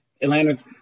Atlanta